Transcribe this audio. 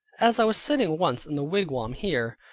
as i was sitting once in the wigwam here,